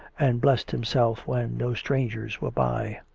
and blessed himself when no strangers were by.